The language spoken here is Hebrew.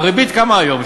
הריבית כמה היום?